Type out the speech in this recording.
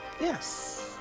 Yes